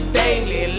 daily